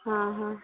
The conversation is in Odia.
ହଁ ହଁ